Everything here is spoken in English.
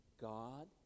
God